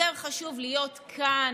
יותר חשוב להיות כאן,